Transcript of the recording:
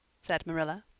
said marilla.